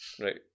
right